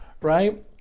Right